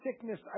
sickness